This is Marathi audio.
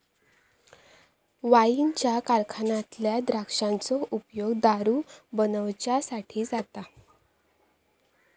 वाईनच्या कारखान्यातल्या द्राक्षांचो उपयोग दारू बनवच्यासाठी जाता